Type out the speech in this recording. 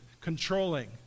controlling